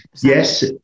Yes